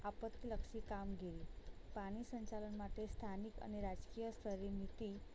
આપત્તિલક્ષી કામગીરી પાણી સંચાલન માટે સ્થાનિક અને રાજકીય સ્તરે નીતિ